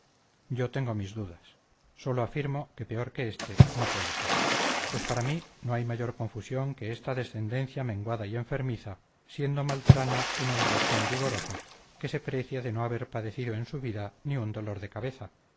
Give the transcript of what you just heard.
yo tengo mis dudas sólo afirmo que peor que este no puede ser pues para mí no hay mayor confusión que esta descendencia menguada y enfermiza siendo maltrana un hombrachón vigoroso que se precia de no haber padecido en su vida ni un dolor de cabeza